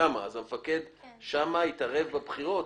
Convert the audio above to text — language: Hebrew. המפקד שם התערב בבחירות?